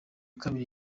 kabiri